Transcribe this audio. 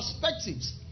perspectives